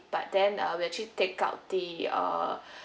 but then uh we'll actually take out the uh